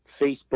Facebook